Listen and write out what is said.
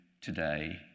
today